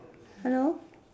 hello